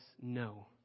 no